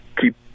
keep